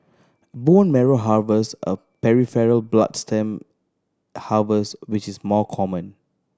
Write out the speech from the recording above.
bone marrow harvest a peripheral blood stem harvest which is more common